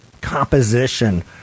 composition